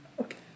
Okay